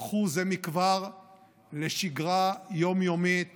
הפכו זה מכבר לשגרה יום-יומית